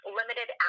limited